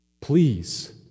Please